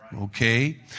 Okay